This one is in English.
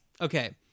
okay